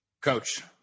coach